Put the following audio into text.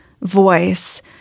voice